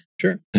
sure